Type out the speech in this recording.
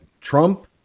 Trump